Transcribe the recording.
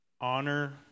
honor